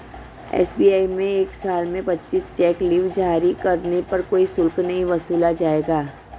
SBI में एक साल में पच्चीस चेक लीव जारी करने पर कोई शुल्क नहीं वसूला जाएगा